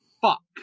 Fuck